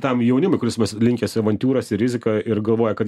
tam jaunimui kuris linkęs į avantiūras ir riziką ir galvoja kad